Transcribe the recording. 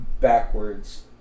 backwards